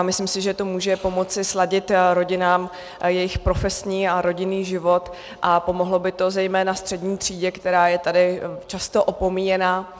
Myslím si, že to může pomoci sladit rodinám jejich profesní a rodinný život a pomohlo by to zejména střední třídě, která je tady často opomíjena.